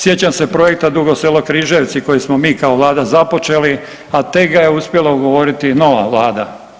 Sjećam se projekta Dugo Selo – Križevci koji smo mi kao vlada započeli, a tek ga je uspjela ugovoriti nova vlada.